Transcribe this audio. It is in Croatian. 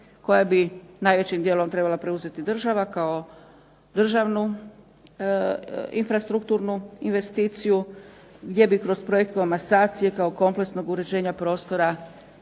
koja bi najvećim dijelom trebala preuzeti država kao državnu infrastrukturnu investiciju gdje bi kroz projekt … kao kompleksnog uređenja prostora